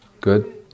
Good